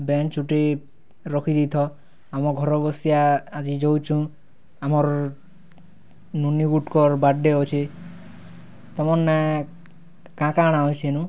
bench ଗୁଟେ ରଖିଦେଇଥ ଆମ ଘରର୍ ଆଜି ଯାଉଛୁଁ ଆମର୍ ନୁନି ଗୁଟେ କର୍ ବାର୍ଥଡେ ଅଛେ ତମର୍ ନେ କା' କା'ଣା ଅଛେ ହେନୁ